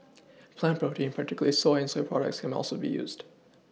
plant protein particularly soy and soy products can also be used